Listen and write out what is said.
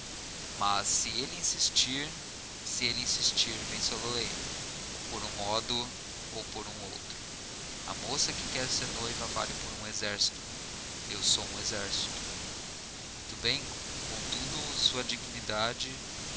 mas se ele insistir se ele insistir vencê lo ei ou por um modo ou por outro uma moça que quer ser noiva vale por um exército eu sou um exército muito bem contudo sua dignidade